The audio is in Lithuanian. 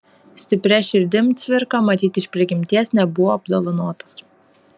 stipria širdim cvirka matyt iš prigimties nebuvo apdovanotas